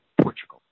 Portugal